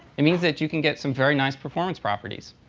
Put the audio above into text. it means that you can get some very nice performance properties.